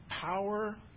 power